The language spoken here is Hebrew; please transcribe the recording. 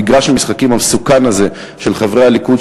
מגרש המשחקים המסוכן הזה של חברי הליכוד,